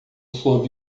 sob